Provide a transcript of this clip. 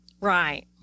right